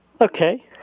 Okay